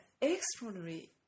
extraordinary